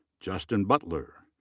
justin butler.